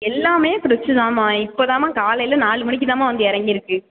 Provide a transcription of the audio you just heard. எல்லாமே ஃப்ரெஷ்ஷு தான்ம்மா இப்போ தான்ம்மா காலையில நாலு மணிக்கு தாம்மா வந்து இறங்கிருக்கு